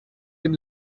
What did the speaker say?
dem